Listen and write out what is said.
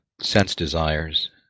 sense-desires